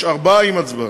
יש ארבע עם הצבעה.